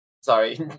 Sorry